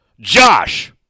Josh